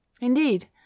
Indeed